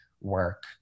work